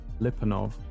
Lipanov